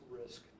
risk